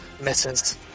misses